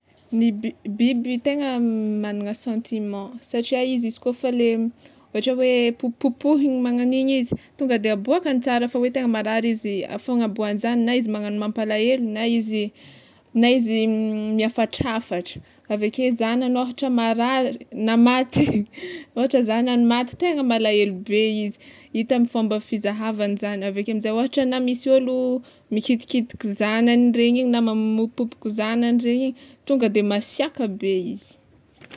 Ny biby biby tegna magnana sentiment satria izy izy kôfa le ôhatra popopopohina magn'igny izy tonga de aboakany tsara fa hoe tegna marary izy, fagnaboahany zany na izy magnagno mampalahelo na izy na izy miafatrafatra, aveke zanany ôhatra marary na maty ôhatra zanany maty tegna malaelo be izy hita amy fômba fizahavany zany, aveke amizay ôhatra na misy ôlo mikitikitiky zanany regny igny na mamopopopoko zanany regny igny tonga de masiàka be izy.